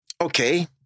Okay